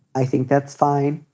i think that's fine.